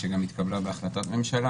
שגם התקבלה בהחלטת ממשלה,